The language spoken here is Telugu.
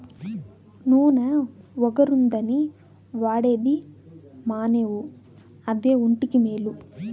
నూన ఒగరుగుందని వాడేది మానేవు అదే ఒంటికి మేలు